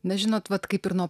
na žinot vat kaip ir nuo